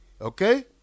Okay